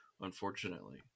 unfortunately